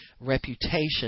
reputation